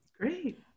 Great